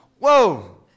Whoa